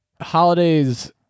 Holidays